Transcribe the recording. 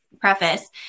preface